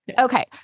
Okay